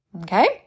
okay